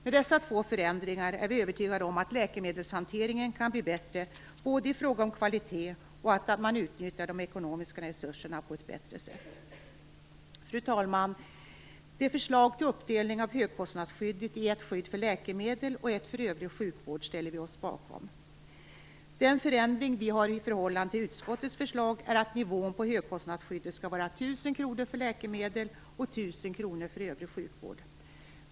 Med dessa två förändringar är vi övertygade om att läkemedelshanteringen kan bli bättre, både i fråga om kvalitet och bättre utnyttjade ekonomiska resurser. Fru talman! Vi ställer oss bakom förslaget till uppdelning av högkostnadsskyddet i ett skydd för läkemedel och ett för övrig sjukvård. Vårt förslag till förändring i förhållande till utskottets förslag är att nivån på högkostnadsskyddet skall vara 1 000 kr för läkemedel och 1 000 kr för övrig sjukvård.